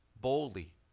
boldly